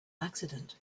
accident